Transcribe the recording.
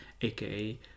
aka